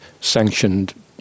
sanctioned